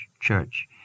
church